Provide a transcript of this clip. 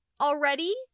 already